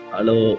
Hello